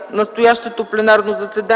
настоящото пленарно заседание